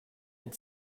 had